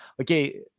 okay